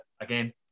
again